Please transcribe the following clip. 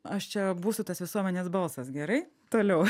aš čia būsiu tas visuomenės balsas gerai toliau